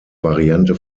variante